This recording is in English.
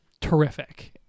Terrific